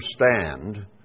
understand